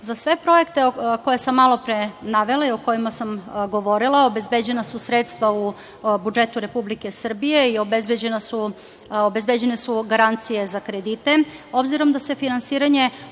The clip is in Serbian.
sve projekte koje sam malopre navela i o kojima sam govorila, obezbeđena su sredstva u budžetu Republike Srbije i obezbeđene su garancije za kredite, obzirom da se finansiranje